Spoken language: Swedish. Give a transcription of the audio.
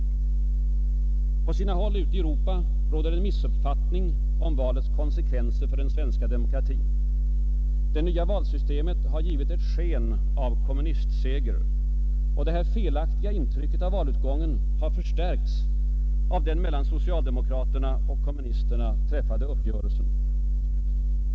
På sina håll ute i Europa råder en missuppfattning om valets konsekvenser för den svenska demokratin. Det nya valsystemet har givit ett sken av kommunistseger, och detta felaktiga intryck av valutgången har förstärkts av den mellan socialdemokraterna och kommunisterna träffade uppgörelsen.